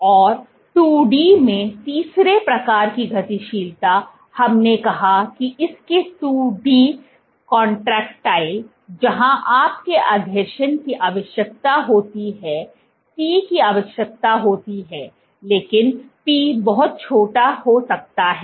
और 2 D में तीसरे प्रकार की गतिशीलता हमने कहा कि इसकी 2 D कॉन्ट्रैक्टाइल जहां आपके आसंजन की आवश्यकता होती हैC की आवश्यकता होती है लेकिन पी बहुत छोटा हो सकता है